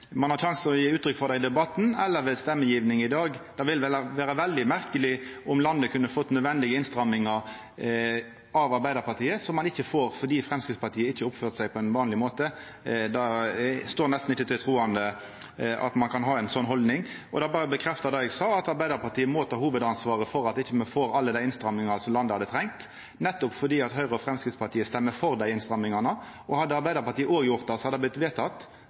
Ein har sjansen til å gje uttrykk for det i debatten eller ved stemmegjevinga i dag. Det ville vera veldig merkeleg om landet kunne ha fått nødvendige innstrammingar av Arbeidarpartiet som ein ikkje får fordi Framstegspartiet ikkje har oppført seg på ein vanleg måte. Det står nesten ikkje til truande at ein kan ha ei slik haldning. Men det berre bekreftar det eg sa, om at Arbeidarpartiet må ta hovudansvaret for at me ikkje får alle dei innstrammingane som landet hadde trunge. Høgre og Framstegspartiet stemmer for dei innstrammingane. Hadde Arbeidarpartiet òg gjort det,